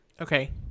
Okay